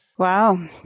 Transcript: Wow